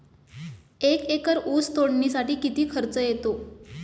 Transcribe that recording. एक एकर ऊस तोडणीसाठी किती खर्च येतो?